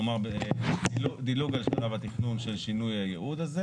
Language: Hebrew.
כלומר דילוג על שלב התכנון של שינוי הייעוד הזה